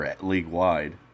league-wide